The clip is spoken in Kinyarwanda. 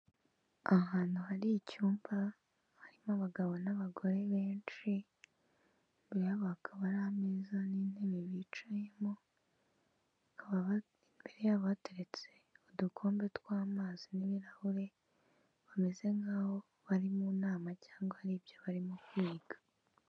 Ahantu hari icyumba harimo abagabo n'abagore benshi, imbere yabo hakaba hari ameza n'intebe bicayemo hakaba imbere yabo hateretse udukombe tw'amazi n'ibirahure, bameze nk'aho bari mu nama cyangwa hari ibyo barimo kwiga.